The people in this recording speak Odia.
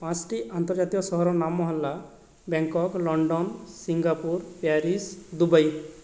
ପାଞ୍ଚ୍ଟି ଆନ୍ତର୍ଜାତୀୟ ସହରର ନାମ ହେଲା Bangkok London Singapore Paris Dubai